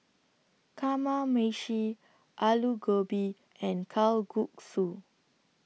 Kamameshi Alu Gobi and Kalguksu